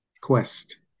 quest